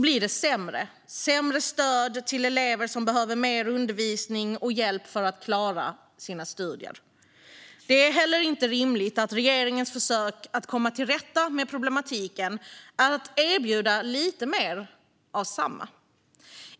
blir sämre. Det blir sämre stöd till elever som behöver mer undervisning och hjälp för att klara sina studier. Det är inte heller rimligt att regeringens försök att komma till rätta med problematiken är att erbjuda lite mer av samma.